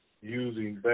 Using